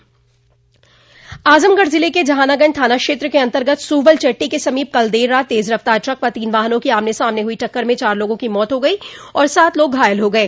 आजमगढ़ जिले के जहानागंज थाना क्षेत्र के अन्तर्गत सुहवल चट्टी के समीप कल देर रात तेज रफ्तार ट्रक व तीन वाहनों की आमने सामने हुई टक्कर में चार लोगों की मौत हो गई और सात लोग घायल हो गये